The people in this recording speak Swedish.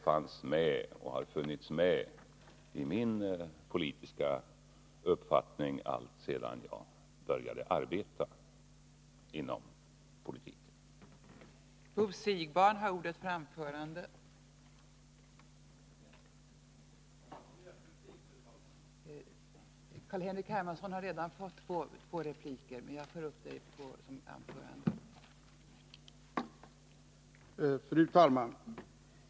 Det har funnits med i min politiska uppfattning alltsedan jag började arbeta inom politiken.